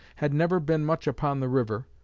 had never been much upon the river,